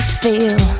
feel